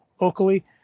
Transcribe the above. locally